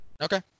Okay